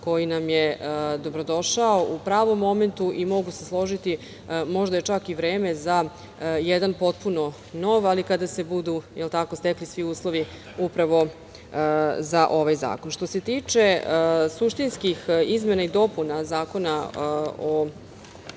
koji nam je dobrodošao u pravom momentu i možemo se složiti da je možda čak i vreme za jedan potpuno nov, ali kada se budu stekli svi uslovi za ovaj zakon. Što se tiče suštinskih izmena i dopuna Zakona o